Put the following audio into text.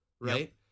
right